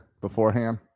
beforehand